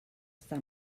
està